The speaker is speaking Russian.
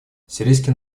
сирийский